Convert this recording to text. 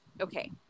Okay